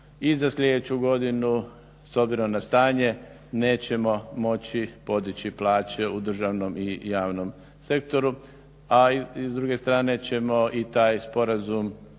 i za sljedeću godinu s obzirom na stanje nećemo moći podići plaće u državnom i javnom sektoru, a i s druge strane ćemo i taj sporazum